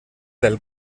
del